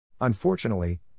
Unfortunately